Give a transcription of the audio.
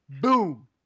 boom